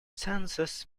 census